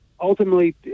Ultimately